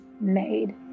made